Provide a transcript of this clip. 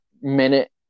minute